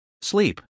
sleep